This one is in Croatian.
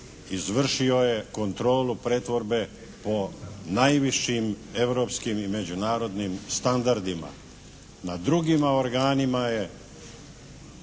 izvršio je kontrolu pretvorbe po najvišim europskim i međunarodnim standardima. Na drugima organima je